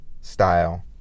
Style